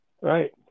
Right